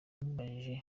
umubajije